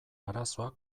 arazoa